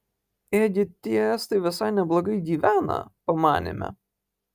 ėgi tie estai visai neblogai gyvena pamanėme